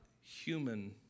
human